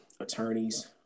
attorneys